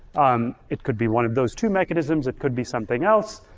um it could be one of those two mechanisms, it could be something else.